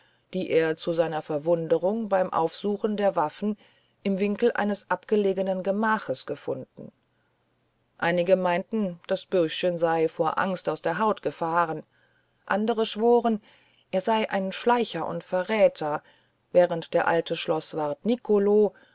die er zu seiner verwunderung beim aufsuchen der waffen im winkel eines abgelegenen gemaches gefunden einige meinten das bürschchen sei vor angst aus der haut gefahren andere schworen er sei ein schleicher und verräter während der alte schloßwart nicolo